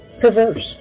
Perverse